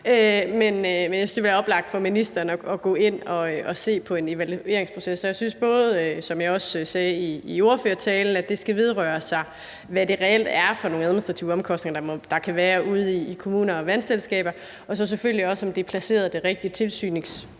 men jeg synes, det ville være oplagt for ministeren at gå ind og se på en evalueringsproces. Som jeg også sagde i ordførertalen, synes jeg både, det skal vedrøre, hvad det reelt er for nogle administrative omkostninger, der kan være ude i kommuner og vandselskaber, og selvfølgelig også, om det er placeret de rigtige tilsynsmæssige